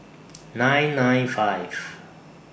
nine nine five